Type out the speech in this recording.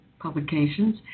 publications